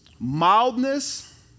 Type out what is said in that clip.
mildness